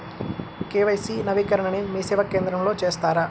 KYC నవీకరణని మీసేవా కేంద్రం లో చేస్తారా?